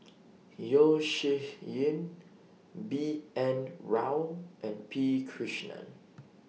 Yeo Shih Yun B N Rao and P Krishnan